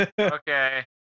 Okay